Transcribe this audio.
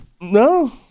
no